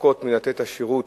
מתרחקות מלתת את השירות